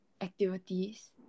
activities